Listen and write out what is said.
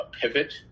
pivot